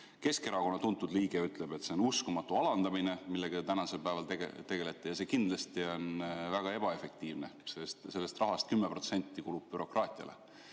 Keskerakonna tuntud liige ütleb, et see on uskumatu alandamine, millega te praegu tegelete. See on kindlasti ka väga ebaefektiivne, sest sellest rahast 10% kulub bürokraatiale.